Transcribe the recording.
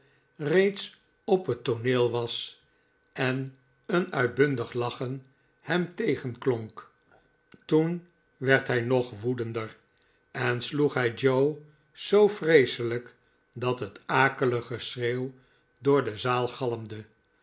reeds op het tooneel was en een uitbundig lachen hem tegenklonk toen werd hij nog woedender eh sloeg hij joe zoo vreeselijk dat het akelig geschreeuw door de zaal